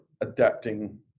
adapting